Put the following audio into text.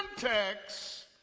context